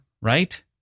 right